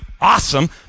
awesome